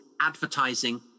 advertising